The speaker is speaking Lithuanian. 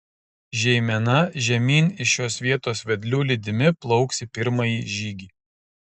žeimena žemyn iš šios vietos vedlių lydimi plauks į pirmąjį žygį